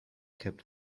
kept